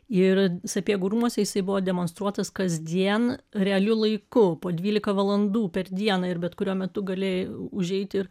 ir sapiegų rūmuose jisai buvo demonstruotas kasdien realiu laiku po dvylika valandų per dieną ir bet kuriuo metu galėjai užeiti ir